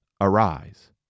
arise